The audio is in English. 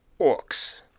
orcs